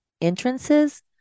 entrances